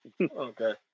Okay